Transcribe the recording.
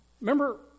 Remember